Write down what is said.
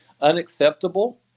unacceptable